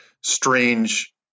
strange